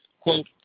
quote